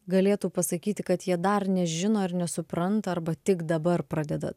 galėtų pasakyti kad jie dar nežino ir nesupranta arba tik dabar pradeda